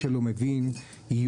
החקלאים.